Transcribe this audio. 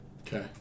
Okay